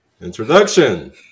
introduction